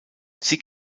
sie